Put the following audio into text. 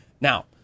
Now